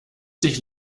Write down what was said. dich